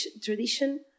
tradition